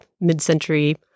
mid-century